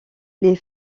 les